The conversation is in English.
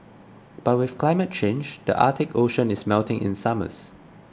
but with climate change the Arctic Ocean is melting in summers